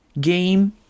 game